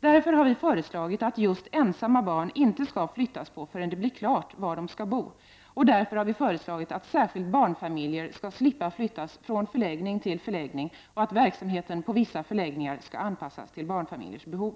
Därför har vi föreslagit att just ensamma barn inte skall flyttas förrän det blir klart var de skall bo. Därför har vi föreslagit att särskilt barnfamiljer skall slippa flyttas från förläggning till förläggning och att verksamheten på vissa förläggningar skall anpassas till barnfamiljernas behov.